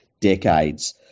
decades